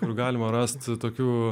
kur galima rasti tokių